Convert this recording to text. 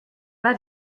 bas